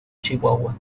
chihuahua